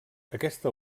aquesta